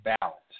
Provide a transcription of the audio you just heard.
balance